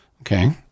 Okay